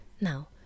now